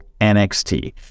NXT